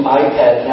iPad